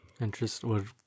Interesting